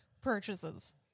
purchases